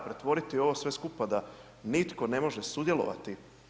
Pretvoriti ovo sve skupa da nitko ne može sudjelovati?